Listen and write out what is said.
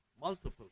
multiple